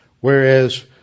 whereas